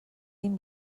این